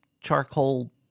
charcoal